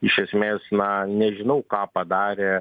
iš esmės na nežinau ką padarė